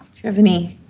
you have any